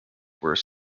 were